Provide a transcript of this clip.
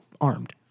armed